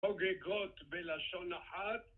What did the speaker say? חוגגות בלשון אחת